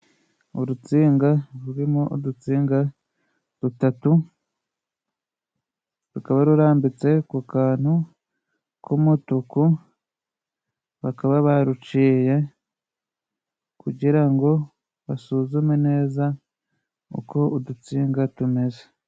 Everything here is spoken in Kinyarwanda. Urutsinga rurimo udutsinga dutatu, rukaba rurambitse ku kantu k'umutuku, bakaba baruciye kugira ngo basuzume neza uko udutsinga tumeze.